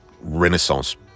Renaissance